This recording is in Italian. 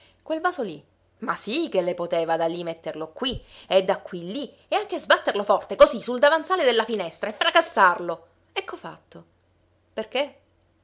quel vaso lì ma sì che lei poteva da lì metterlo qui e da qui lì e anche sbatterlo forte così sul divanzale della finestra e fracassarlo ecco fatto perché